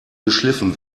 geschliffen